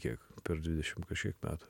kiek per dvidešim kažkiek metų